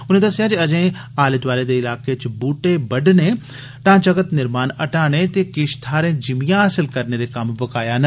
उनें दस्सेआ जे अजे आले दुआले दे इलाकें च ब्हूटे बंड्डने ढांचागत निर्माण हटाने ते जिमियां हासल करने दे कम्म बकाया न